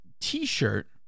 t-shirt